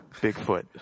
Bigfoot